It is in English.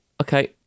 Okay